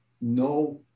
no